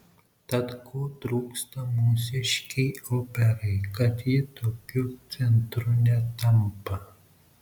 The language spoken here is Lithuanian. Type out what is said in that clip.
tad ko trūksta mūsiškei operai kad ji tokiu centru netampa